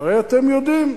הרי אתם יודעים,